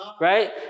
Right